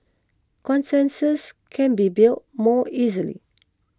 consensus can be built more easily